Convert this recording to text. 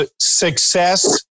success